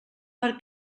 per